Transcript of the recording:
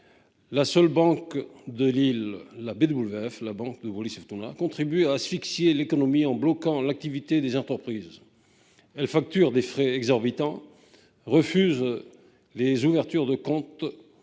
La seule banque de l'île, la BWF, contribue à asphyxier l'économie en bloquant l'activité des entreprises. Elle facture des frais exorbitants, refuse les ouvertures de compte,